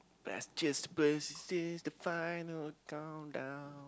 best cheers place here's the final countdown